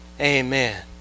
Amen